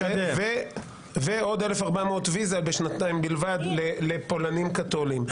--- ועוד 1,400 ויזה בשנתיים בלבד לפולנים קתולים,